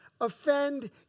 offend